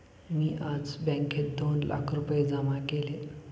मी आज बँकेत दोन लाख रुपये जमा केले